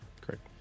Correct